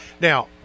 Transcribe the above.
Now